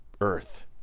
earth